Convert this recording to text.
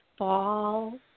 fall